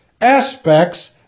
aspects